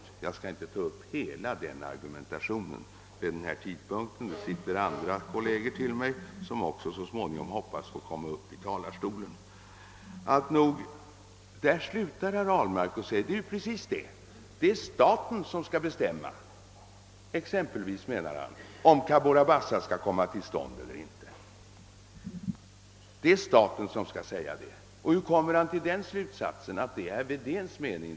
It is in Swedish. Jag skall emellertid inte ta upp hela den argumentationen vid denna tidpunkt. Det finns en del kolleger till mig som hoppas att också få komma upp i talarstolen. Herr Ahlmark slutade där och sade: Ja, det är precis så; staten skall bestämma. Och han menade att staten skall bestämma exempelvis om Cabora Bassa-projektet skall komma till stånd eller inte. Och hur kommer herr Ahlmark till den slutsatsen, att det var herr Wedéns mening?